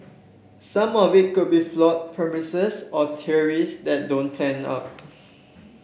some of it could be flawed premises or theories that don't pan out